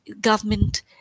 government